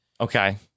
Okay